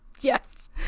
Yes